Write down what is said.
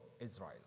Israel